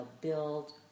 build